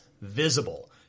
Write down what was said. visible